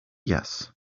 yes